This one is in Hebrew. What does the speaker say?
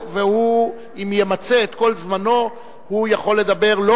ואם ימצה את כל זמנו הוא יכול לדבר לא